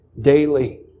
Daily